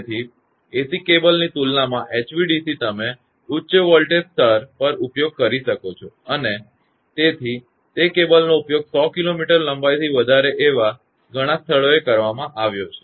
તેથી AC કેબલની તુલનામાં HVDC તમે ઉચ્ચ વોલ્ટેજ સ્તર પર ઉપયોગ કરી શકો છો અને તેથી તે કેબલનો ઉપયોગ 100 કિલોમીટર લંબાઈથી વધારે એવા ઘણા સ્થળોએ કરવામાં આવ્યો છે